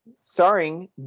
starring